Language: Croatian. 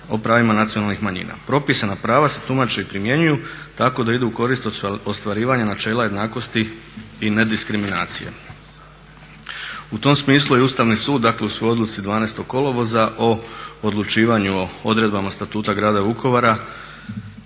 o pravima nacionalnih manjina. Propisana prava se tumače i primjenjuju tako da idu u korist ostvarivanja načela jednakosti i nediskriminacije. U tom smislu je Ustavni sud, dakle u svojoj odluci 12. kolovoza o odlučivanju o odredbama Statuta Grada Vukovara